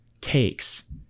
takes